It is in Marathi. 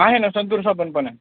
आहे ना संतूर साबण पण आहे